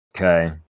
Okay